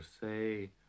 say